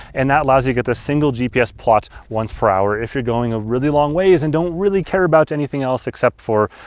and that allows you get the single gps plot once per hour if you're going a really long ways and don't really care about anything else except for.